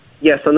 Yes